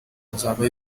hazabaho